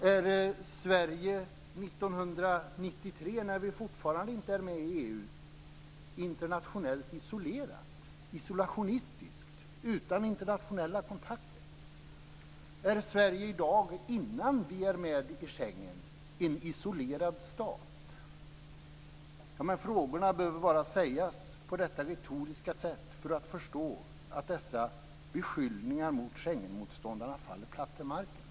Var Sverige 1993, då vi fortfarande inte var med i EU, internationellt isolerat - isolationistiskt, utan internationella kontakter? Är Sverige i dag, innan vi är med i Schengen, en isolerad stat? Frågorna behöver bara framföras på detta retoriska sätt för att man skall förstå att beskyllningarna mot Schengenmotståndarna faller platt till marken.